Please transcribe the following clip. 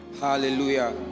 Hallelujah